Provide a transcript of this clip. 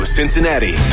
Cincinnati